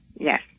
Yes